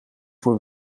voor